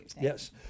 Yes